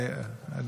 סליחה.